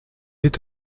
est